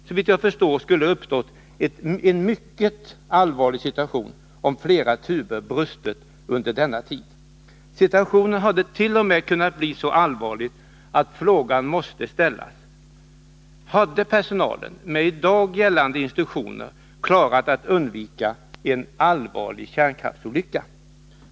Såvitt jag förstår skulle det ha uppstått en mycket allvarlig situation, om flera tuber brustit under denna tid. Situationen hade t.o.m. kunnat bli så allvarlig, att frågan måste ställas: Hade personalen, med i dag gällande instruktioner, klarat av att undvika en allvarlig kärnkraftsolycka?